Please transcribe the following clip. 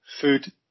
food